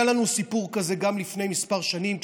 היה לנו סיפור כזה גם לפני כמה שנים,